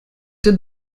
did